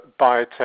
Biotech